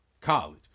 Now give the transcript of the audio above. college